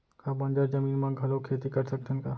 का बंजर जमीन म घलो खेती कर सकथन का?